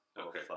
Okay